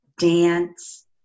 dance